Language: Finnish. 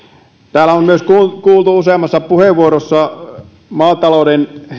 täällä on kuultu useammassa puheenvuorossa myös maatalouden